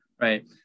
right